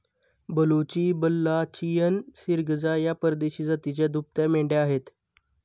बलुची, बल्लाचियन, सिर्गजा या परदेशी जातीच्या दुभत्या मेंढ्या आहेत